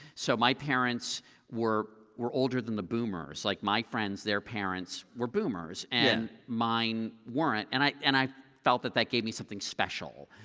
so my parents were were older than the boomers. like my friends, their parents were boomers, and mine weren't, and i and i felt that that gave me something special,